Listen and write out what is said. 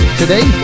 today